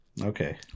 Okay